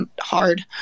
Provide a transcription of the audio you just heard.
hard